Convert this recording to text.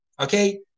okay